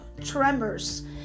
tremors